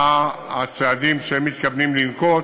מה הצעדים שהם מתכוונים לנקוט